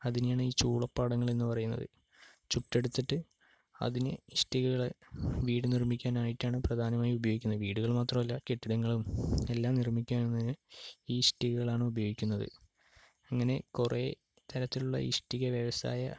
അതിനെയാണ് ഈ ചൂളപ്പാടങ്ങൾ എന്നു പറയുന്നത് ചുട്ടെടുത്തിട്ട് അതിന് ഇഷ്ടികൾ വീട് നിർമിക്കാൻ ആയിട്ടാണ് പ്രധാനമായി ഉപയോഗിക്കുന്നത് വീടുകൾ മാത്രമല്ല കെട്ടിടങ്ങളും എല്ലാം നിർമ്മിക്കാനാണ് ഈ ഇഷ്ടികളാണ് ഉപയോഗിക്കുന്നത് അങ്ങനെ കുറെ തരത്തിലുള്ള ഇഷ്ടിക വ്യവസായ